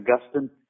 Augustine